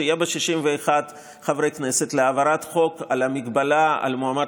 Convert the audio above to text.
שיהיו בה 61 חברי כנסת להעברת חוק של מגבלה על המועמד